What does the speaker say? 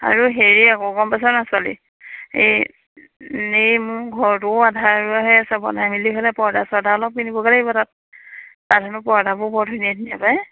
আৰু হেৰি আকৌ গম পাইছ নাই ছোৱালী এই এই মোৰ ঘৰটোও আধা হৈ আছে বনাই মেলি হ'লে পৰ্দা চৰ্দা অলপ কিনিবগে লাগিব তাত তাত হেনো পৰ্দাবোৰ বৰ ধুনীয়া ধুনীয়া পায়